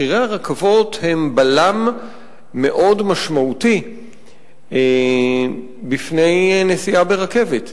מחירי הרכבות הם בלם מאוד משמעותי בפני נסיעה ברכבת.